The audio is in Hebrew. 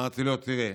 אמרתי לו: תראה,